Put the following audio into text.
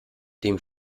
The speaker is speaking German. dem